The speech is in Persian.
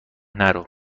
نرو